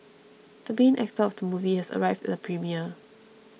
the main actor of the movie has arrived at the premiere